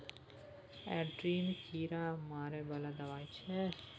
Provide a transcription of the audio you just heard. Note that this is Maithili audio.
एल्ड्रिन कीरा मारै बला दवाई छै